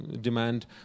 demand